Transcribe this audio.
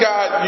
God